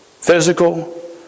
Physical